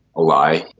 a lie